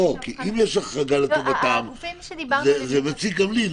כי אם יש כאן החרגה לטובתם זה מציק גם לי,